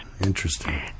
Interesting